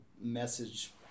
message